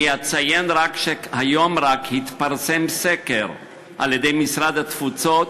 אני אציין שרק היום התפרסם סקר על-ידי משרד התפוצות,